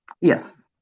Yes